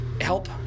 help